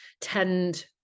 tend